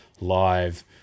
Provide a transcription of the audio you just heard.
live